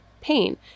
pain